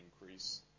increase